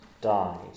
died